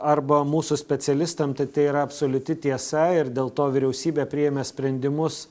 arba mūsų specialistam tai tai yra absoliuti tiesa ir dėl to vyriausybė priėmė sprendimus